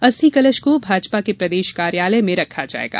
अस्थि कलश को भाजपा के प्रदेश कार्यालय में रखा जाएगा